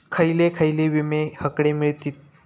खयले खयले विमे हकडे मिळतीत?